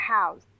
house